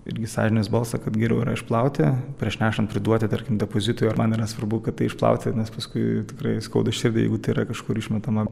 irgi sąžinės balsą kad geriau yra išplauti prieš nešant priduoti tarkim depozitui ar man yra svarbu kad tai išplauti nes paskui tikrai skauda širdį jeigu tai yra kažkur išmetama